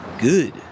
good